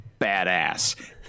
badass